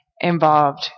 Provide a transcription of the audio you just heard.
involved